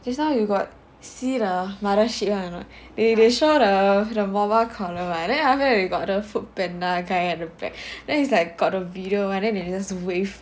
just now you got see the Mothership [one] or not they they show the mobile column right then after that got the Foodpanda guy at the back then he's like got a video mah then he just wave